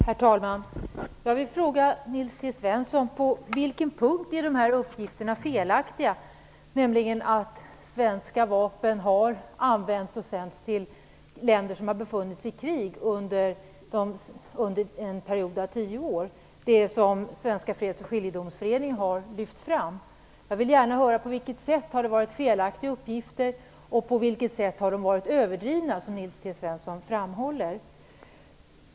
Herr talman! Jag vill fråga Nils T Svensson: På vilken punkt är de här uppgifterna felaktiga att svenska vapen har sänts till och använts av länder som har befunnit sig i krig under en period av tio år - det som Svenska Freds och Skiljedomsföreningen har lyft fram? Jag vill gärna veta på vilket sätt uppgifterna har varit felaktiga och överdrivna, som Nils T Svensson framhåller.